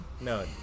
No